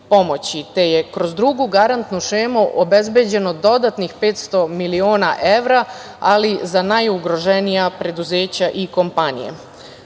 te je kroz drugu garantnu šemu obezbeđeno novih 500 miliona era, ali za najugroženija preduzeća i kompanije. Zakon